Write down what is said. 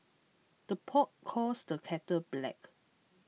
the pot calls the kettle black